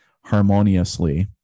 harmoniously